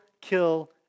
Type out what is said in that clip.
kill